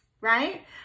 right